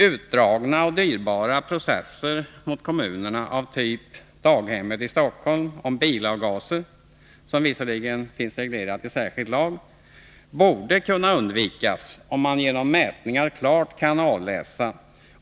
Utdragna och dyrbara processer mot kommunerna av den typ som daghemmet i Stockholm fört om bilavgaser — vilket visserligen finns reglerat i särskild lag — borde kunna undvikas om man genom mätningar klart kan avläsa